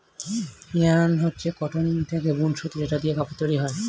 yarn হচ্ছে কটন থেকে বুন সুতো যেটা দিয়ে কাপড় তৈরী হয়